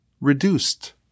reduced